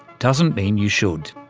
doesn't mean you should.